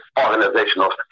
organizational